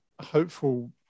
hopeful